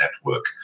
network